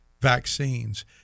vaccines